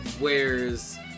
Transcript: wears